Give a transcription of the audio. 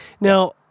Now